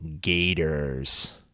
Gators